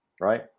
right